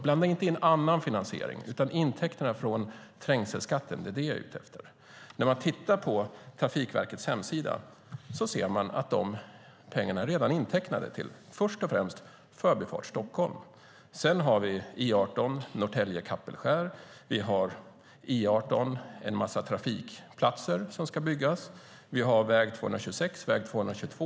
Blanda inte in annan finansiering, utan det handlar om intäkterna från trängselskatten. På Trafikverkets hemsida ser man att de pengarna redan är intecknade, först och främst för Förbifart Stockholm. Sedan finns E18 Norrtälje-Kapellskär, en massa trafikplatser som ska byggas, väg 226 och väg 222.